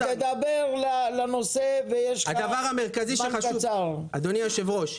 אדוני היושב-ראש,